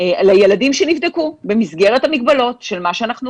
שלילדים שנבדקו במסגרת המגבלות של מה שאנחנו